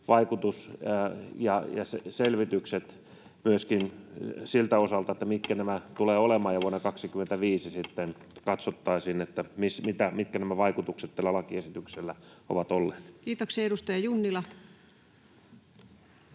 vaikutusselvitykset siltä osalta, mitkä ne tulevat olemaan, ja että vuonna 25 sitten katsottaisiin, mitkä nämä vaikutukset tällä lakiesityksellä ovat olleet. Kiitoksia. — Edustaja Junnila.